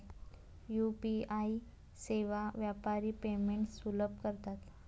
UPI सेवा व्यापारी payments सुलभ करतात